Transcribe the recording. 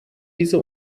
diese